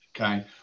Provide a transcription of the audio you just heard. Okay